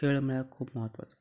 खेळ म्हळ्यार खूब म्हत्वाचो